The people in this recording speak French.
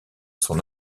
son